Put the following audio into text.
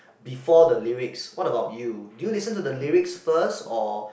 before the lyrics what about you do you listen to the lyrics first or